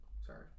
Sorry